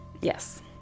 Yes